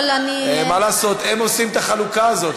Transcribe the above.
מה לעשות, הם עושים את החלוקה הזאת.